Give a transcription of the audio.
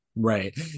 Right